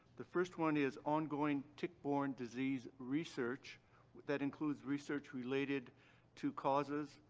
the first one is ongoing tick-borne disease research that includes research related to causes,